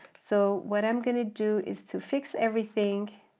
so what i'm going to do is to fix everything,